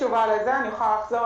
בפעם